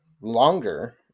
longer